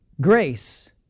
Grace